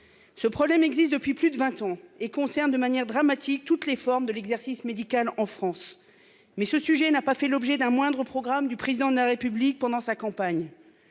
Ce problème existe depuis plus de 20 ans et concerne de manière dramatique toutes les formes de l'exercice médical en France. Mais ce sujet n'a pas fait l'objet d'un moindre programme du président de la République pendant sa campagne.